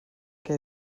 què